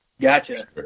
Gotcha